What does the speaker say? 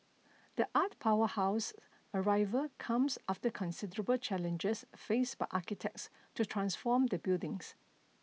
the art powerhouse's arrival comes after considerable challenges faced by architects to transform the buildings